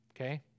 okay